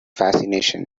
fascination